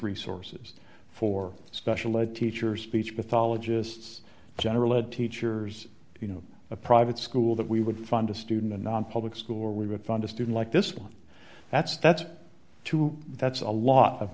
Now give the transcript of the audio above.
resources for special ed teachers speech pathologists general ed teachers you know a private school that we would fund a student a nonpublic school or we would fund a student like this one that's that's two that's a lot of